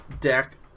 deck